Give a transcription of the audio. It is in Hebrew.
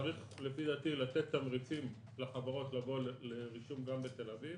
לדעתי צריך לתת תמריצים לחברות לבוא לרישום גם בתל אביב.